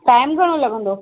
time घणो लॻंदो